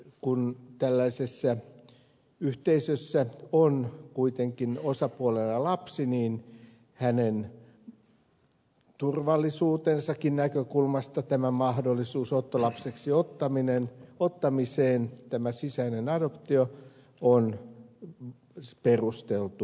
kun tällaisessa yhteisössä on osapuolena lapsi niin hänen turvallisuutensakin näkökulmasta tämä mahdollisuus ottolapseksi ottamiseen tämä sisäinen adoptio on perusteltu asia